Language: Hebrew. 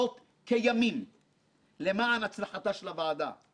אודי פוגל ואורי לוי שסייעו להם לאורך התהליך.